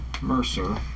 Mercer